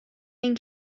این